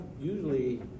usually